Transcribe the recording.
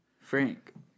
Frank